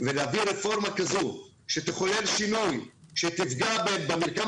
ולהביא רפורמה כזו שתחולל שינוי ותפגע במרקם